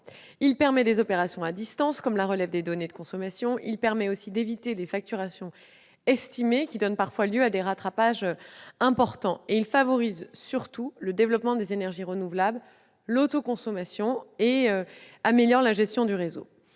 Il permet des opérations à distance, comme la relève des données de consommation. Il permet aussi d'éviter les facturations estimées, qui donnent parfois lieu à des rattrapages importants. Il favorise surtout le développement des énergies renouvelables, l'autoconsommation et améliore la gestion du réseau.